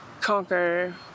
conquer